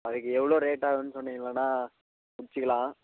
அதுக்கு எவ்வளோ ரேட்டு ஆகுன்னு சொன்னீங்க முடிச்சிக்கலாம்